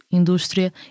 indústria